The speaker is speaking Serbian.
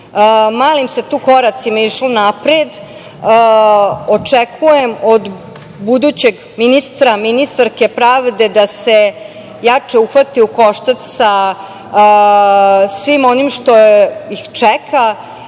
Malim se tu koracima išlo napred. Očekujem od budućeg ministra, ministarke pravde, da se jače uhvati u koštac sa svim onim što ih čeka.